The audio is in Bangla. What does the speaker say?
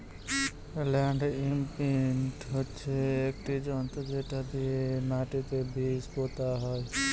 ল্যান্ড ইমপ্রিন্ট হচ্ছে একটি যন্ত্র যেটা দিয়ে মাটিতে বীজ পোতা হয়